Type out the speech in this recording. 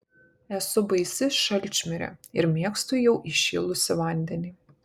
esu baisi šalčmirė ir mėgstu jau įšilusį vandenį